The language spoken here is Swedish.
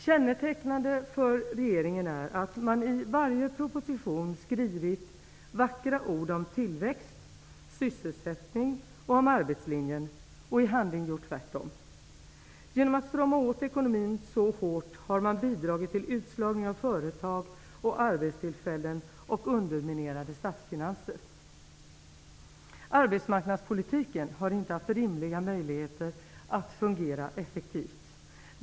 Kännetecknande för regeringen är att man i varje proposition skrivit vackra ord om tillväxt, om sysselsättning och om arbetslinje och i handling gjort tvärtom. Genom att strama åt ekonomin så hårt har man bidragit till utslagning av företag och arbetstillfällen och till underminerade statsfinanser. Arbetsmarknadspolitiken har inte haft rimliga möjligheter att fungera effektivt.